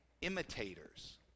imitators